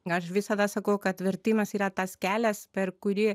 aš visada sakau kad vertimas yra tas kelias per kurį